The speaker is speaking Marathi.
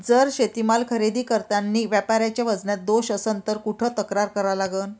जर शेतीमाल खरेदी करतांनी व्यापाऱ्याच्या वजनात दोष असन त कुठ तक्रार करा लागन?